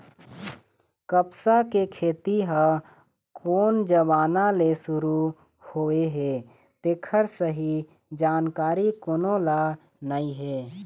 कपसा के खेती ह कोन जमाना ले सुरू होए हे तेखर सही जानकारी कोनो ल नइ हे